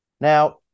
Now